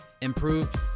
improved